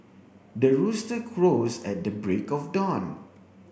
the rooster crows at the break of dawn